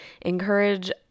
encourage